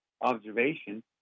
observation